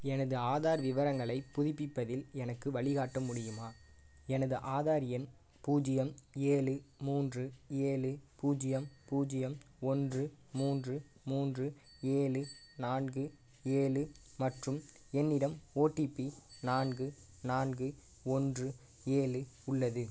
எனது ஆதார் விவரங்களைப் புதுப்பிப்பதில் எனக்கு வழிகாட்ட முடியுமா எனது ஆதார் எண் பூஜ்ஜியம் ஏழு மூன்று ஏழு பூஜ்ஜியம் பூஜ்ஜியம் ஒன்று மூன்று மூன்று ஏழு நான்கு ஏழு மற்றும் என்னிடம் ஓடிபி நான்கு நான்கு ஒன்று ஏழு உள்ளது